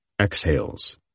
exhales